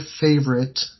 favorite